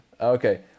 Okay